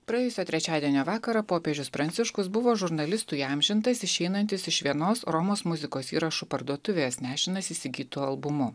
praėjusio trečiadienio vakarą popiežius pranciškus buvo žurnalistų įamžintas išeinantis iš vienos romos muzikos įrašų parduotuvės nešinas įsigytu albumu